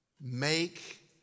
make